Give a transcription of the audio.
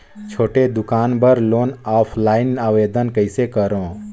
छोटे दुकान बर लोन ऑफलाइन आवेदन कइसे करो?